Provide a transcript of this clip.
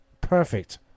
perfect